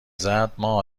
زدما